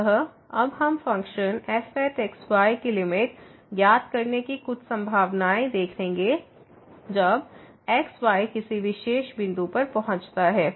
अतः अब हम फ़ंक्शन fx y की लिमिट ज्ञात करने की कुछ संभावनाएँ देखेंगे जॉब x y किसी विशेष बिंदु पर पहुंचता है